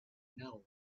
know